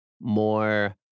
more